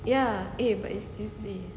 ya eh but it's tuesday